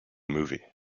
movie